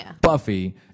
Buffy